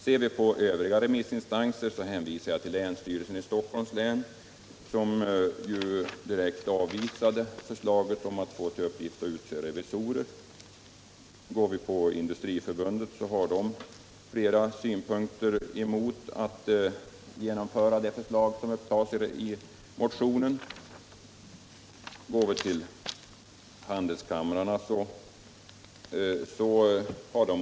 När det gäller övriga remissinstanser hänvisar jag till länsstyrelsen i Stockholms län, som ju direkt avvisar förslaget om att få till uppgift att utse revisorer. Ser vi på Industriförbundets remissyttrande finner vi att Industriförbundet har flera synpunkter mot ett genomförande av det förslag som upptas i motionen. Handelskamrarna har motsvarande synpunkter.